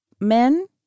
men